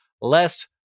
less